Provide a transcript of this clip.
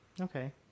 Okay